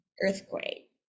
earthquake